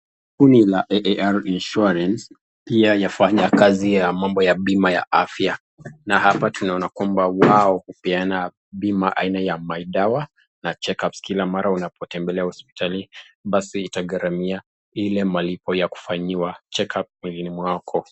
Hili ni AAR insurance, pia inafanya kazi ya mambo ya bima la afya, na hapa tunaona kwamba wao hupeana bima ya aina ya maridawa na check up kila mara unapotembelea hospitali basi itagharamia ilepalipo ya check up mwilini mwake.